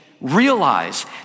realize